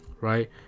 right